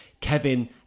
Kevin